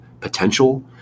potential